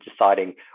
deciding